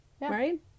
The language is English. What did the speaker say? Right